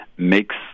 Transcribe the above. makes